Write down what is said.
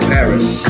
Paris